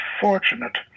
fortunate